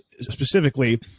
specifically